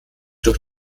durch